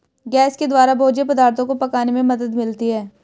gas के द्वारा भोज्य पदार्थो को पकाने में मदद मिलती है